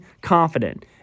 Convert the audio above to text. confident